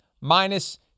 minus